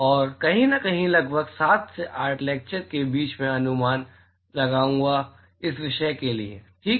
और कहीं न कहीं लगभग 7 से 8 लैक्चर के बीच मैं अनुमान लगाऊंगा इस विषय के लिए ठीक है